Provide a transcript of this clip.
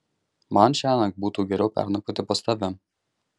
man šiąnakt būtų geriau pernakvoti pas tave